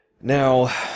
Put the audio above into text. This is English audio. Now